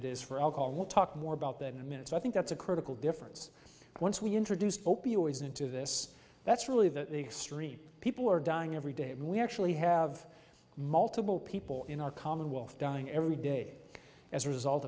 it is for alcohol we'll talk more about that in a minute i think that's a critical difference once we introduce opioids into this that's really the street people are dying every day and we actually have multiple people in our commonwealth dying every day as a result